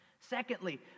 Secondly